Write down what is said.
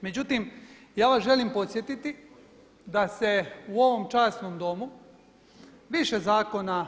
Međutim, ja vas želim podsjetiti da se u ovom časnom domu više zakona